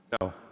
No